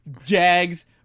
jags